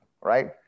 right